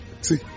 see